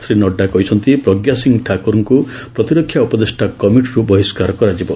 ଶ୍ରୀ ନଡ୍ରା କହିଛନ୍ତି ପ୍ରଜ୍ଞା ସିଂ ଠାକୁରଙ୍କୁ ପ୍ରତିରକ୍ଷା ଉପଦେଷ୍ଟା କମିଟିରୁ ବହିଷ୍କାର କରାଯିବ